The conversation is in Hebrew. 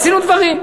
עשינו דברים.